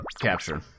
capture